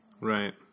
Right